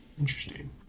Interesting